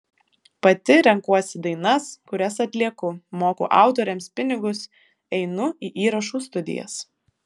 pati renkuosi dainas kurias atlieku moku autoriams pinigus einu į įrašų studijas